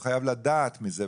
הוא חייב לדעת מזה,